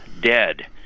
dead